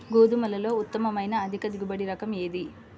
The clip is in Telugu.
గోధుమలలో ఉత్తమమైన అధిక దిగుబడి రకం ఏది?